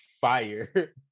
fire